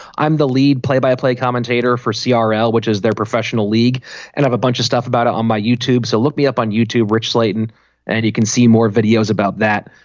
i'm the lead play by play commentator for ah crl which is their professional league and have a bunch of stuff about it on my youtube so look me up on youtube rich slayton and you can see more videos about that.